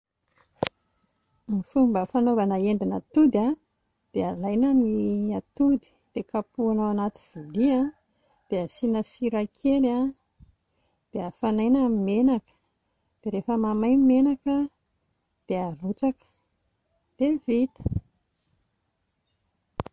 Ny fomba fanaovana endin'atody a dia alaina ny atody dia kapohana ao anaty vilia dia asiana sira kely dia afanaina ny menaka, dia rehefa mahamay ny menaka dia arotsaka dia vita